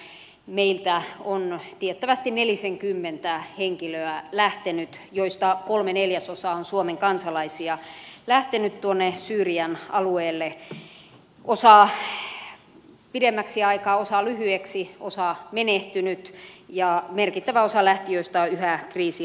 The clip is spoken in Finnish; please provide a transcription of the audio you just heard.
meiltä on tiettävästi lähtenyt nelisenkymmentä henkilöä joista kolme neljäsosaa on suomen kansalaisia tuonne syyrian alueelle osa pidemmäksi aikaa osa lyhyeksi osa on menehtynyt ja merkittävä osa lähtijöistä on yhä kriisialueilla